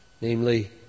Namely